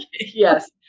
Yes